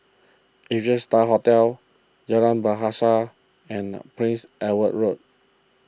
Asia Star Hotel Jalan Bahasa and Prince Edward Road